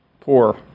Poor